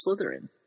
Slytherin